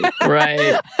right